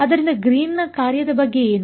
ಆದ್ದರಿಂದ ಗ್ರೀನ್ನ ಕಾರ್ಯದ ಬಗ್ಗೆ ಏನು